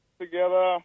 together